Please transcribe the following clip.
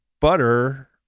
butter